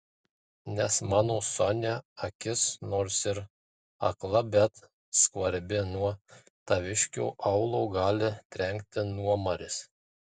nes mano sonia akis nors ir akla bet skvarbi nuo taviškio aulo gali trenkti nuomaris